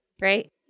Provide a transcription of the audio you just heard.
right